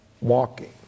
walking